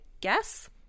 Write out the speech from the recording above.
guess